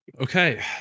Okay